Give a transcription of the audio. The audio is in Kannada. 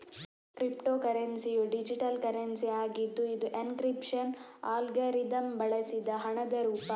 ಕ್ರಿಪ್ಟೋ ಕರೆನ್ಸಿಯು ಡಿಜಿಟಲ್ ಕರೆನ್ಸಿ ಆಗಿದ್ದು ಇದು ಎನ್ಕ್ರಿಪ್ಶನ್ ಅಲ್ಗಾರಿದಮ್ ಬಳಸಿದ ಹಣದ ರೂಪ